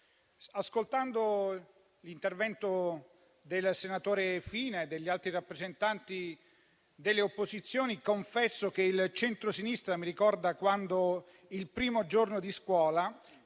ascoltando l'intervento del senatore Fina e degli altri rappresentanti delle opposizioni, confesso che il centrosinistra mi ricorda il primo giorno di scuola,